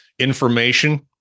information